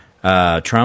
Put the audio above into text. Trump